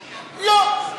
לא.